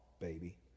baby